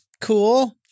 cool